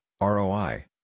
ROI